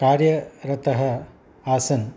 कार्यरतः आसम्